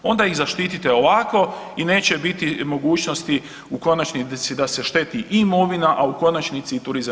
Onda ih zaštite ovako i neće biti mogućnosti u konačnici da se šteti imovina, a u konačnici i turizam.